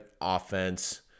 offense